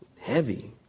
Heavy